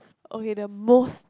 okay the most